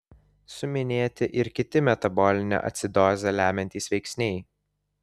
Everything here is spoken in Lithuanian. suminėti ir kiti metabolinę acidozę lemiantys veiksniai